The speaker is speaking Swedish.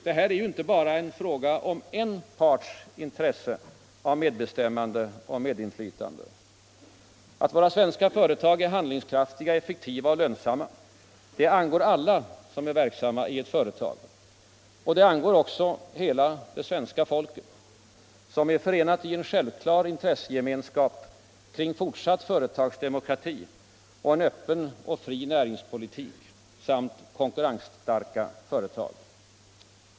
Det är inte fråga om bara en parts intresse av medbestämmande och medinflytande. Att våra svenska företag är handlingskraftiga, effektiva och lönsamma angår alla som är verksamma i ett företag. Det angår också hela svenska folket, som är förenat i en självklar intressegemenskap kring fortsatt företagsdemokrati och en öppen och fri näringspolitik samt konkurrensstarka företag.